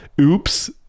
oops